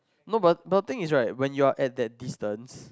no but but the thing is right when you are at that distance